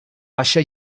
baixa